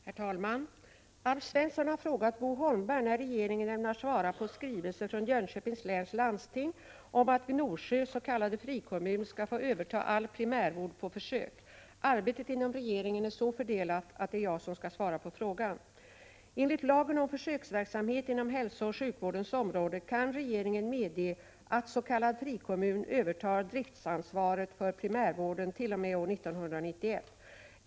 Herr talman! Alf Svensson har frågat Bo Holmberg när regeringen ämnar svara på skrivelse från Jönköpings läns landsting om att Gnosjö s.k. frikommun skall få överta all primärvård på försök. Arbetet inom regeringen är så fördelat att det är jag som skall svara på frågan. Enligt lagen om försöksverksamhet inom hälsooch sjukvårdens område kan regeringen medge att s.k. frikommun övertar driftsansvaret för primärvården t.o.m. år 1991.